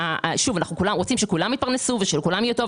רוצים שכולם יתפרנסו ושלכולם יהיה טוב,